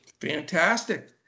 Fantastic